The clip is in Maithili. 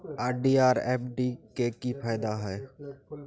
आर.डी आर एफ.डी के की फायदा हय?